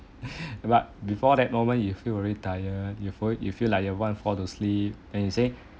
but before that moment you feel very tired you feel you feel like your wife fall to sleep and you say